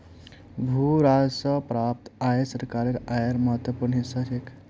भू राजस्व स प्राप्त आय सरकारेर आयेर महत्वपूर्ण हिस्सा छेक